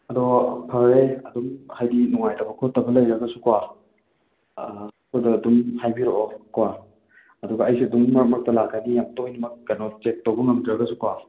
ꯑꯗꯣ ꯐꯔꯦꯅꯦ ꯑꯗꯨꯝ ꯍꯥꯏꯗꯤ ꯅꯨꯡꯉꯥꯏꯇꯕ ꯈꯣꯠꯇꯕ ꯂꯩꯔꯒꯁꯨꯀꯣ ꯑꯩꯈꯣꯏꯗ ꯑꯗꯨꯝ ꯍꯥꯏꯕꯤꯔꯑꯣ ꯀꯣ ꯑꯗꯨꯒ ꯑꯧꯁꯨ ꯑꯗꯨꯝ ꯃꯔꯛ ꯃꯔꯛꯇ ꯂꯥꯛꯀꯅꯤ ꯌꯥꯝ ꯇꯣꯏꯅꯃꯛ ꯀꯩꯅꯣ ꯆꯦꯛ ꯇꯧꯕ ꯉꯝꯗ꯭ꯔꯒꯁꯨꯀꯣ